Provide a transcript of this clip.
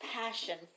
passion